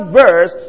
verse